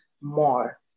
more